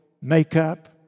makeup